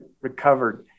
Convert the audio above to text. recovered